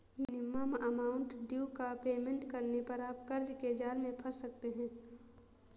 minimum amount due का payment करने पर आप कर्ज के जाल में फंस सकते हैं